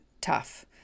tough